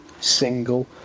single